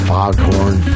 Foghorn